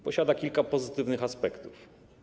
Posiada kilka pozytywnych aspektów.